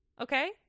Okay